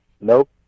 Nope